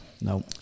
No